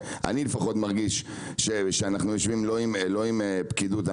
אני מרגיש שאנחנו יושבים לא עם פקידות אלא